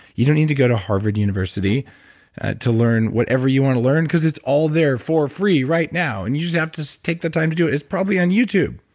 you don't need to go to harvard university to learn whatever you want to learn, because it's all there for free right now, and you just have to take the time to do it. it's probably on youtube!